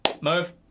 Move